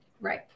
Right